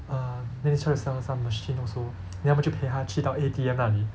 err then they try to sell her some machine also then 他们就陪她去到 A_T_M 那里